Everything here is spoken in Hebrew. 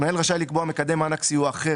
המנהל רשאי לקבוע מקדם מענק סיוע אחר,